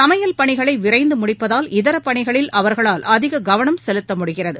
சமையல் பணிகளை விரைந்து முடிப்பதால் இதரப் பணிகளில் அவர்களால் அதிக கவனம் செலுத்த முடிகிறது